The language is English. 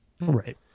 Right